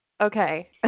Okay